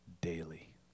daily